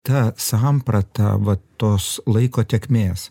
ta samprata va tos laiko tėkmės